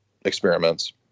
experiments